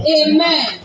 amen